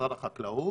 משרד החקלאות,